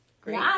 Great